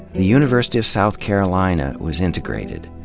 the university of south carolina was integrated.